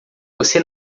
você